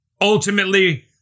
Ultimately